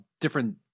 different